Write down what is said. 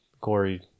Corey